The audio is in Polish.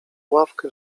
ławkę